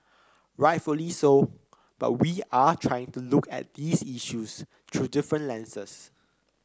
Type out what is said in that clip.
rightfully so but we are trying to look at these issues through different lenses